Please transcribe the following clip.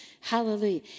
Hallelujah